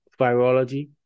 Virology